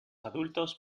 adultos